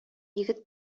егет